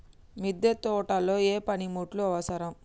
మిద్దె తోటలో ఏ పనిముట్లు అవసరం?